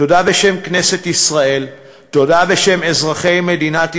תודה בשם כנסת ישראל, תודה בשם אזרחי מדינת ישראל,